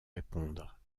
répondre